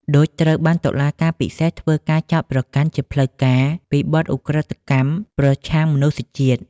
ឌុច ត្រូវបានតុលាការពិសេសធ្វើការចោទប្រកាន់ជាផ្លូវការពីបទ ឧក្រិដ្ឋកម្មប្រឆាំងមនុស្សជាតិ។